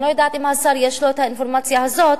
אני לא יודעת אם לשר יש האינפורמציה הזאת,